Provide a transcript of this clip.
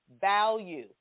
value